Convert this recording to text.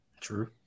True